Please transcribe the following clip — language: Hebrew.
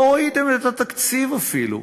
לא ראיתם את התקציב אפילו,